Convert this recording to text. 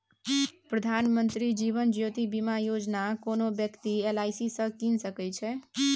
प्रधानमंत्री जीबन ज्योती बीमा योजना कोनो बेकती एल.आइ.सी सँ कीन सकै छै